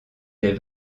des